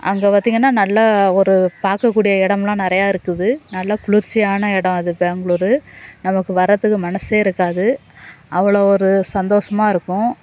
அங்கே பார்த்திங்கன்னா நல்லா ஒரு பார்க்கக்கூடிய இடம்லாம் நிறையா இருக்குது நல்ல குளிர்ச்சியான இடம் அது பெங்ளூரு நமக்கு வரத்துக்கு மனசே இருக்காது அவளோ ஒரு சந்தோசமாக இருக்கும்